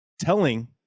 telling